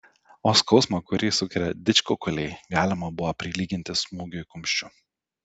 o skausmą kurį sukelia didžkukuliai galima buvo prilyginti smūgiui kumščiu